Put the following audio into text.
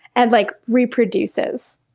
and like reproduces.